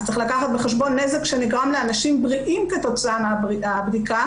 אז צריך לקחת בחשבון נזק שנגרם לאנשים בריאים כתוצאה מהבדיקה.